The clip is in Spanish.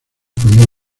con